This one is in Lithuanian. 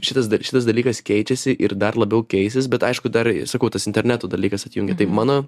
šitas dal šitas dalykas keičiasi ir dar labiau keisis bet aišku dar sakau tas interneto dalykas atjungi tai mano